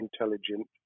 intelligent